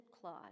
clause